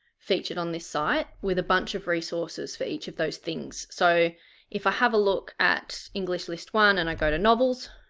featured on this site with a bunch of resources for each of those things so if i have a look at english list one and i go to novels,